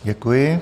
Děkuji.